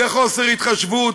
זה חוסר התחשבות,